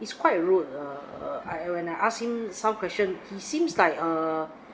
is quite rude err I when I asked him some questions he seems like err